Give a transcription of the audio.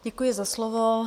Děkuji za slovo.